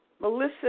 Melissa